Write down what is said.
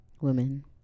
women